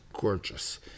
gorgeous